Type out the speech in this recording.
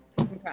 okay